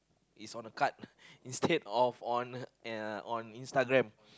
is on a card instead of on on Instagram